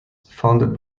founded